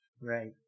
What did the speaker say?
right